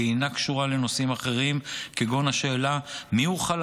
היא אינה קשורה לנושאים אחרים כגון השאלה מיהו חלל